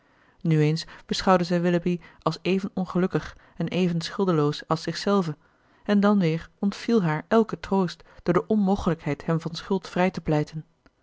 nu eens beschouwde zij willoughby als even ongelukkig en even schuldeloos als zichzelve en dan weer ontviel haar elke troost door de onmogelijkheid hem van schuld vrij te pleiten